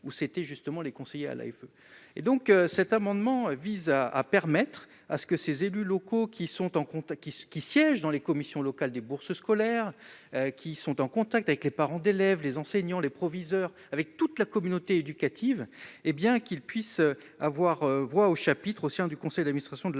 c'était justement les conseillers à l'AFP et donc cet amendement vise à à permettre à ce que ces élus locaux qui sont en contact, ce qui siègent dans les commissions locales des bourses scolaires qui sont en contact avec les parents d'élèves, les enseignants, les proviseurs avec toute la communauté éducative, hé bien qu'ils puissent avoir voix au chapitre au sein du conseil d'administration de